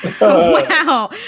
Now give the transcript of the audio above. Wow